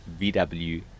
VW